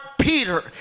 Peter